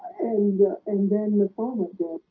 and and then the pharmacy